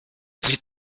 sie